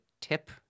tip